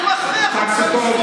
אל תיסע באוטובוס,